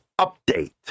Update